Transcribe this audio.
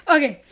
Okay